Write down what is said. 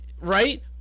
right